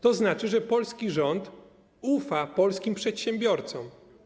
To znaczy, że polski rząd ufa polskim przedsiębiorcom.